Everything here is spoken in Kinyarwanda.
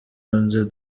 onze